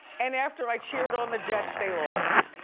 and after i cheered on the jets, they lost.